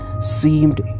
seemed